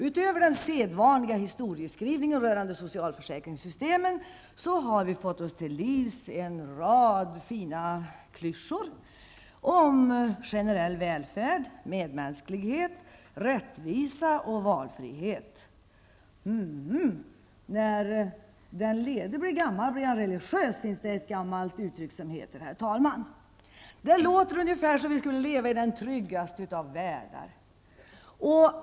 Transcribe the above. Utöver den sedvanliga historieskrivningen rörande socialförsäkringssystemen har vi fått oss till livs en rad fina klyschor om generell välfärd, medmänsklighet, rättvisa och valfrihet. Hum, hum. När den lede blir gammal blir han religiös -- finns det ett gammalt uttryck som lyder, herr talman. Det låter ungefär som om vi skulle leva i den tryggaste av världar.